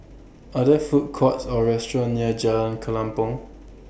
Are There Food Courts Or restaurants near Jalan Kelempong